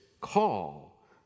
call